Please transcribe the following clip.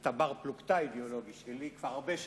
אתה בר-פלוגתא אידיאולוגי שלי כבר הרבה שנים.